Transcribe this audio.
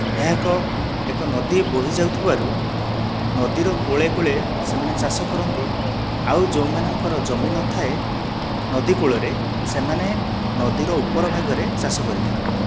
ଏହା ଏକ ଏକ ନଦୀ ବୋହି ଯାଉଥିବାରୁ ନଦୀର କୂଳେ କୂଳେ ସେମାନେ ଚାଷ କରନ୍ତି ଆଉ ଯେଉଁମାନଙ୍କର ଜମି ନଥାଏ ନଦୀ କୂଳରେ ସେମାନେ ନଦୀର ଉପର ଭାଗରେ ଚାଷ କରିଥାନ୍ତି